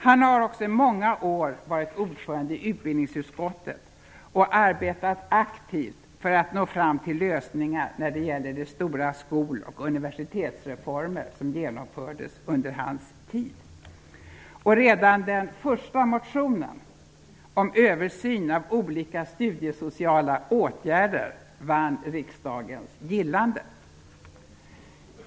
Han har också i många år varit ordförande i utbildningsutskottet och arbetat aktivt för att nå fram till lösningar när det gäller de stora skol och universitetsreformer som genomfördes under hans tid. Redan den första motionen om översyn av olika studiesociala åtgärder vann riksdagens gillande.